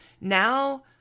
now